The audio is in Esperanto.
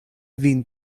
vin